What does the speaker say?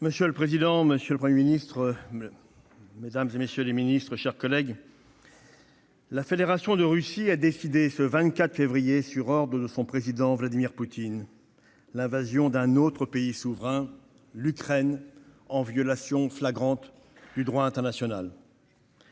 Monsieur le président, monsieur le Premier ministre, madame la ministre, messieurs les ministres, mes chers collègues, le 24 février, la Fédération de Russie a décidé, sur l'ordre de son président, Vladimir Poutine, l'invasion d'un autre pays souverain, l'Ukraine, en violation flagrante du droit international.